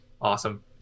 Awesome